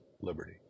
liberty